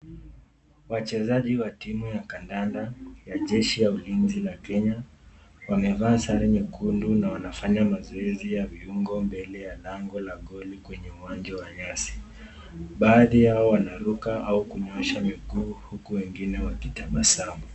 Wachezaji wa timu ya kandanda ya jeshi la ulinzi la Kenya wamevaa sare nyekundu na wanafanya mazoezi ya viungo mbele ya lango la goli kwenye uwanja wa nyasi. Baadhi yao wanaruka au kunyoosha miguu huku wengine wakitabasamu.